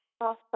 Awesome